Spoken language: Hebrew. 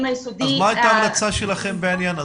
ביסודי --- מה ההמלצה שלכם בעניין הזה?